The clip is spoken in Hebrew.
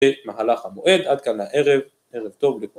‫במהלך המועד. עד כאן הערב. ‫ערב טוב לכולם.